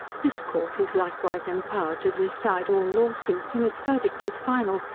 this court is likewise empowered to decide all law suits, and its verdict is final,